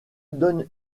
donne